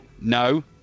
No